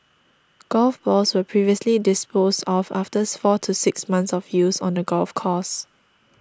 golf balls were previously disposed of after four to six months of use on the golf course